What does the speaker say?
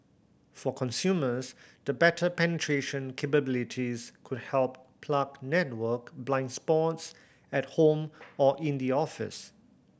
for consumers the better penetration capabilities could help plug network blind spots at home or in the office